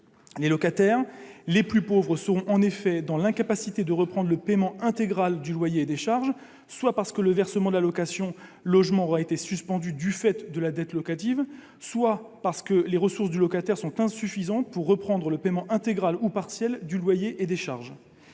dette de loyer. Ils seront en effet dans l'incapacité de reprendre le paiement intégral du loyer et des charges, soit parce que le versement de l'allocation logement aura été suspendu du fait de la dette locative, soit parce que les ressources du locataire sont insuffisantes pour reprendre le paiement intégral ou partiel du loyer et des charges.